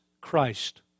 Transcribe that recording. Christ